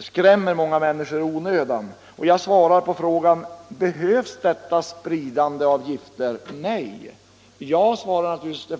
skrämmer många människor i onödan. 29 maj 1975 Och på frågan, om detta spridande av gifter behövs, svarar jag nej. De flesta svarar naturligtvis ja.